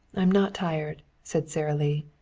i'm not tired, said sara lee.